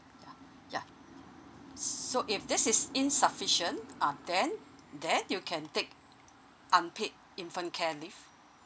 ya ya so if this is insufficient um then then you can take unpaid infant care leave